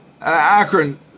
Akron